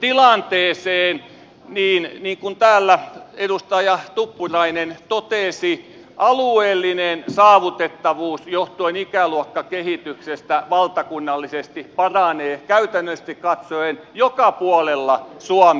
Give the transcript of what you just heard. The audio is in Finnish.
tilanteeseen niin kuten täällä edustaja tuppurainen totesi alueellinen saavutettavuus johtuen ikäluokkakehityksestä valtakunnallisesti paranee käytännöllisesti katsoen joka puolella suomea